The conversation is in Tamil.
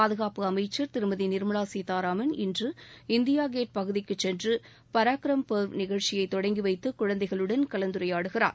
பாதுகாப்பு அமைச்சர் திருமதி நிர்மலா சீதாராமன் இன்று இந்தியா கேட் பகுதிக்குச் சென்று பராக்ரம் பர்வ் நிகழ்ச்சியை தொட்ங்கிவைத்து குழந்தைகளுடன் கலந்துரையாடுகிறார்